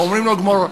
ואומרים לו גמור.